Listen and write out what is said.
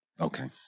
Okay